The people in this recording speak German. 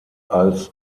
als